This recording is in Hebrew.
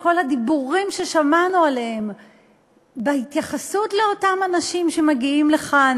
כל הדיבורים ששמענו בהתייחסות לאותם אנשים שמגיעים לכאן